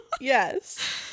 yes